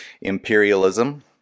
imperialism